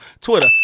Twitter